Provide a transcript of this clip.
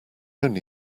only